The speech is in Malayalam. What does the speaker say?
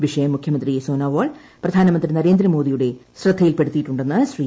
വിഷയം മുഖ്യമന്ത്രി സോനോവാൾ പ്രധാനമന്ത്രി നരേന്ദ്രമോദിയുടെ ശ്രദ്ധയിൽപ്പെടുത്തിയിട്ടുണ്ടെന്ന് ശ്രീ